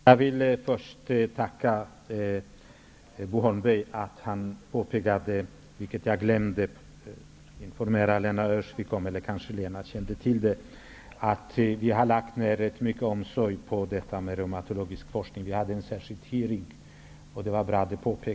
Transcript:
Herr talman! Först vill jag tacka Bo Holmberg för att han påpekade att det är mycken omsorg nedlagd när det gäller reumatologisk forskning. Jag glömde att säga det till Lena Öhrsvik, men hon känner kanske redan till det. En särskild utfrågning har gjorts.